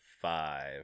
Five